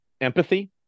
empathy